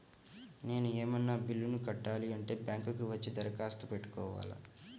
నేను ఏమన్నా బిల్లును కట్టాలి అంటే బ్యాంకు కు వచ్చి దరఖాస్తు పెట్టుకోవాలా?